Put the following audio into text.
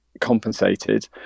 compensated